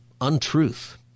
untruth